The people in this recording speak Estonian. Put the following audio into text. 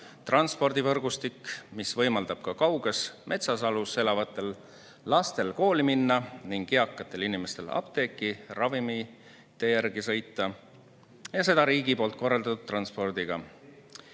transpordivõrgustik, mis võimaldab ka kauges metsatalus elavatel lastel kooli minna ning eakatel inimestel apteeki ravimite järele sõita ja seda riigi korraldatud transpordiga.